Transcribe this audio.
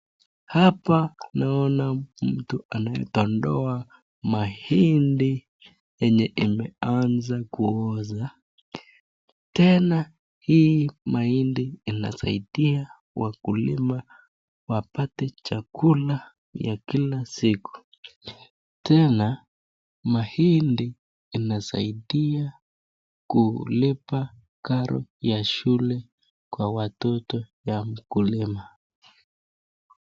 Hapa naona mtu anayedondoa mahindi yenye imeanza kuoza, tena hii mahindi inasaidia wakulima wapate chakula ya kila siku tena mahindi inasaidia kulipa karo za shule ya watoto wa wakulima.